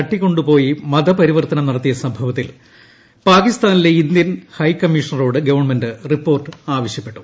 തട്ടികൊണ്ടുപ്പോിയി ്മതപരിവർത്തനം നടത്തിയ സംഭവത്തിൽ പാ്കിസ്ഥാനിലെ ഇന്ത്യൻ ഹൈക്കമ്മീഷണറോട് ഗവൺമെന്റ് റിപ്പോർട്ട് ആവശ്യപ്പെട്ടു